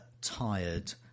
tired